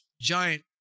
giant